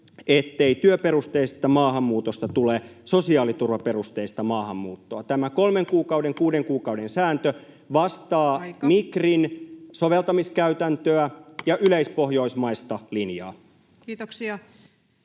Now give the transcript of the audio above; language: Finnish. ettei työperusteisesta maahanmuutosta tule sosiaaliturvaperusteista maahanmuuttoa. Tämä kolmen kuukauden tai kuuden kuukauden sääntö vastaa [Puhemies: Aika!] Migrin soveltamiskäytäntöä ja yleispohjoismaista linjaa. [Speech